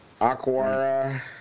Aquara